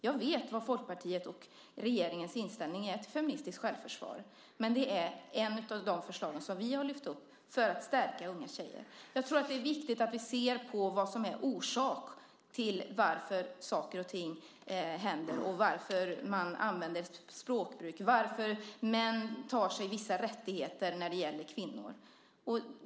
Jag vet vad Folkpartiets och regeringens inställning är till feministiskt självförsvar, men det är ett av de förslag som vi har lyft upp för att stärka unga tjejer. Jag tror att det är viktigt att vi ser på vad som är orsaken till att saker och ting händer, varför man använder ett visst språkbruk och varför män tar sig vissa rättigheter när det gäller kvinnor.